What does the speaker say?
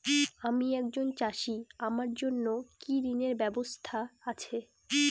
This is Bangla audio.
আমি একজন চাষী আমার জন্য কি ঋণের ব্যবস্থা আছে?